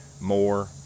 more